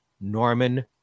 Norman